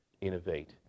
innovate